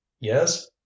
Yes